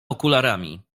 okularami